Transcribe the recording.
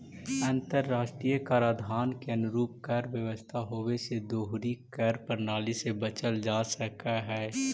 अंतर्राष्ट्रीय कराधान के अनुरूप कर व्यवस्था होवे से दोहरी कर प्रणाली से बचल जा सकऽ हई